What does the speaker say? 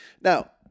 Now